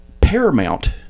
Paramount